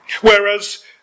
whereas